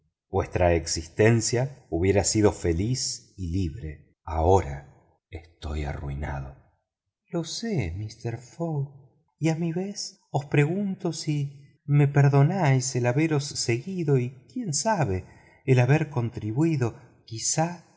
vuestra existencia hubiera sido feliz y libre ahora estoy arruinado lo sé mister fogg y a mi vez os pregunto si me perdonáis el haberos seguido y quién sabe el haber contribuido quizá